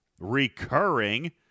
recurring